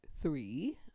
three